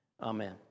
Amen